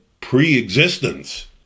pre-existence